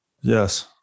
Yes